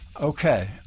Okay